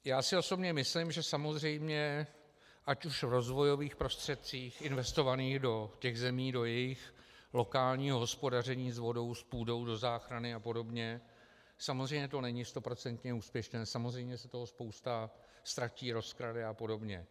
Já osobně si myslím, že samozřejmě ať už v rozvojových prostředcích investovaných do těch zemí, do jejich lokálního hospodaření s vodou, s půdou, do záchrany a podobně samozřejmě to není stoprocentně úspěšné, samozřejmě se toho spousta ztratí, rozkrade apod.